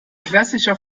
klassischer